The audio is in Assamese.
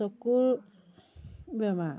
চকুৰ বেমাৰ